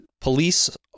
police